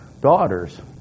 daughters